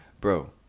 Bro